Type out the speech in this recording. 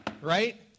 right